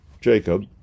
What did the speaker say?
Jacob